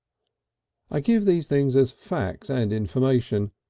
i give these things as facts and information,